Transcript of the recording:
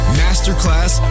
masterclass